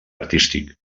artístic